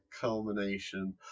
culmination